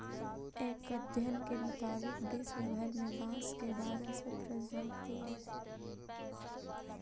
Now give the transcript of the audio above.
एक अध्ययन के मुताबिक विश्व भर में बाँस के बारह सौ प्रजाति हइ